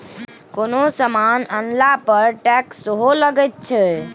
कोनो समान कीनला पर टैक्स सेहो लगैत छै